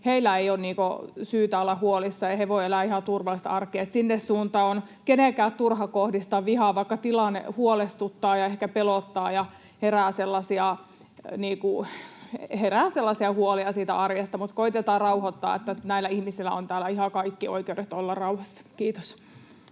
töitä, ei ole syytä olla huolissaan ja he voivat elää ihan turvallista arkea. Sinne suuntaan on kenenkään turha kohdistaa vihaa, vaikka tilanne huolestuttaa ja ehkä pelottaa ja herää huolia siitä arjesta. Koetetaan rauhoittaa, että näillä ihmisillä on täällä ihan kaikki oikeudet olla rauhassa. — Kiitos.